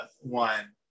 one